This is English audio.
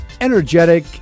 energetic